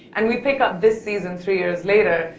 and we pick up this season three years later,